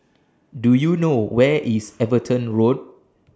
Do YOU know Where IS Everton Road